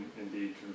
indeed